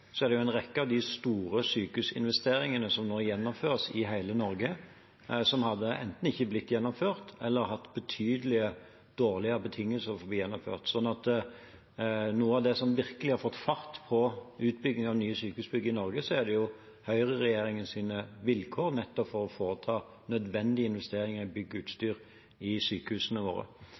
er det jo en rekke av de store sykehusinvesteringene som nå gjennomføres i hele Norge, som enten ikke hadde blitt gjennomført, eller som hadde hatt betydelig dårligere betingelser for å bli gjennomført. Noe av det som virkelig har fått fart på utbyggingen av nye sykehusbygg i Norge, er høyreregjeringens vilkår nettopp for å foreta nødvendige investeringer i bygg og utstyr i sykehusene våre.